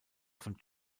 von